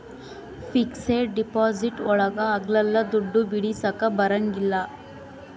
fixed deposit ಒಳಗ ಅಗ್ಲಲ್ಲ ದುಡ್ಡು ಬಿಡಿಸಕ ಬರಂಗಿಲ್ಲ